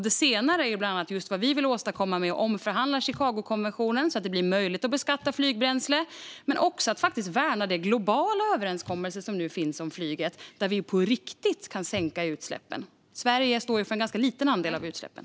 Det är bland annat det senare vi vill åstadkomma genom att omförhandla Chicagokonventionen så att det blir möjligt att beskatta flygbränsle men också värna om den globala överenskommelse som nu finns om flyget, där vi kan sänka utsläppen på riktigt. Sverige står ju för en ganska liten andel av utsläppen.